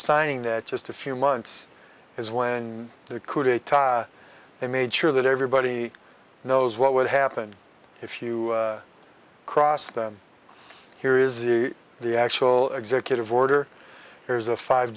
signing that just a few months his way and the coup d'etat they made sure that everybody knows what would happen if you cross them here is the the actual executive order here's a five